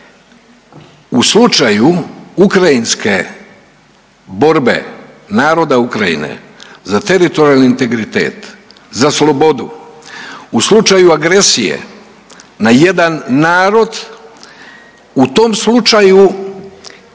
U slučaju ukrajinske borbe naroda Ukrajine za teritorijalni integritet, za slobodu, u slučaju agresije na jedan narod u tom slučaju